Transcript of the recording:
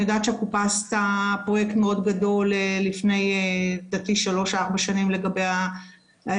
אני יודעת שהקופה עשתה פרויקט מאוד גדול לפני שלוש-ארבע שנים או שנתיים,